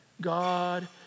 God